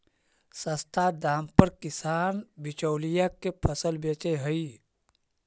सस्ता दाम पर किसान बिचौलिया के फसल बेचऽ हइ